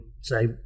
say